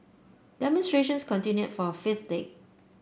demonstrations continued for a fifth day